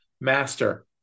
master